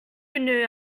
renew